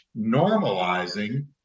normalizing